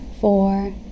four